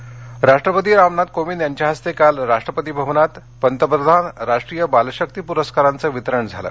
बालपरस्कार राष्ट्रपती रामनाथ कोविंद यांच्या हस्ते काल राष्ट्रपती भवनात पंतप्रधान राष्ट्रीय बालशक्ती प्रस्कारांचं वितरण झालं